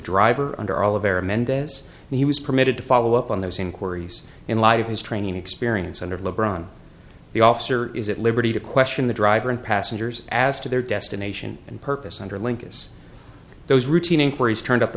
driver under all of our mendez and he was permitted to follow up on those inquiries in light of his training experience under le bron the officer is at liberty to question the driver and passengers as to their destination and purpose under linkous those routine inquiries turned up the